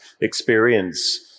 experience